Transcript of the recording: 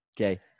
okay